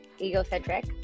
egocentric